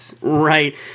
Right